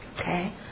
Okay